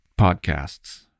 podcasts